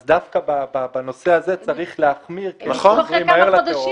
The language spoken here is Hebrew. אז דווקא בנושא הזה צריך להחמיר כי הם חוזרים מהר לטרור.